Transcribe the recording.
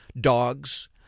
dogs